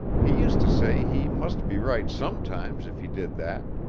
he used to say he must be right sometimes if he did that,